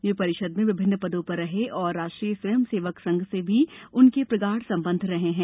वे परिषद में विभिन्न पदों पर रहे और राष्ट्रीय स्वयंसेवक संघ से भी उनके प्रगाढ़ संबंध रहे हैं